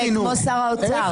כמו שר האוצר.